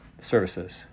Services